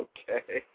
Okay